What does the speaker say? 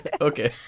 okay